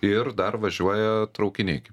ir dar važiuoja traukiniai kaip